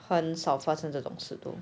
很少发生这种事的